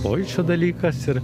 pojūčio dalykas ir